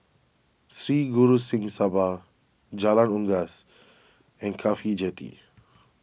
Sri Guru Singh Sabha Jalan Unggas and Cafhi Jetty